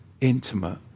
intimate